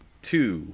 Two